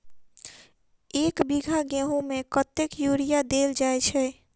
एक बीघा गेंहूँ मे कतेक यूरिया देल जाय छै?